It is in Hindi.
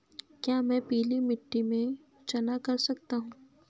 क्या मैं पीली मिट्टी में चना कर सकता हूँ?